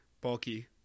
bulky